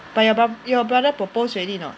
but your br~ your brother propose already not